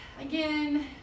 again